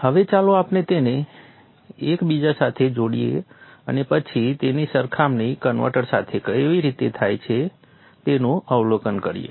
હવે ચાલો આપણે તેમને એકબીજા સાથે જોડીએ અને પછી તેની સરખામણી કન્વર્ટર સાથે કેવી રીતે થાય છે તેનું અવલોકન કરીએ